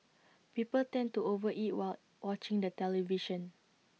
people tend to over eat while watching the television